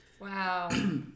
wow